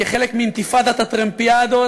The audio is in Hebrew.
כחלק מאינתיפאדת הטרמפיאדות